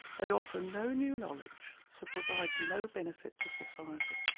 they offer no new knowledge so provide no benefit to society.